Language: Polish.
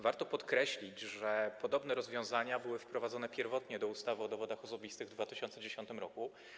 Warto podkreślić, że podobne rozwiązania zostały wprowadzone pierwotnie do ustawy o dowodach osobistych w 2010 r.